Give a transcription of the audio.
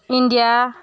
India